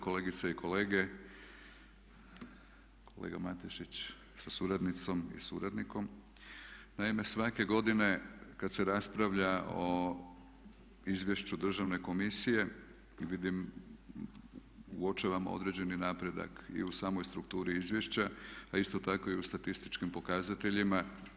Kolegice i kolege, kolega Matešić sa suradnicom i suradnikom naime svake godine kad se raspravlja o izvješću Državne komisije vidim, uopćavam određeni napredak i u samoj strukturi izvješća a isto tako i u statističkim pokazateljima.